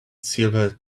silver